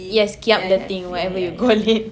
yes kiap the thing whatever you call it